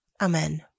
Amen